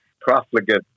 profligate